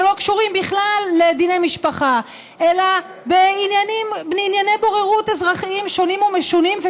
שלא קשורים בכלל לדיני משפחה אלא בענייני בוררות אזרחיים שונים ומשונים,